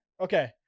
Okay